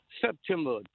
September